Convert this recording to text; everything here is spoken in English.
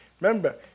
Remember